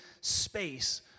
space